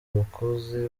abakozi